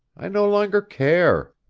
i no longer care.